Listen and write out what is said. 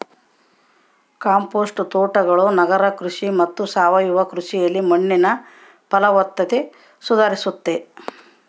compost ತೋಟಗಳು ನಗರ ಕೃಷಿ ಮತ್ತು ಸಾವಯವ ಕೃಷಿಯಲ್ಲಿ ಮಣ್ಣಿನ ಫಲವತ್ತತೆ ಸುಧಾರಿಸ್ತತೆ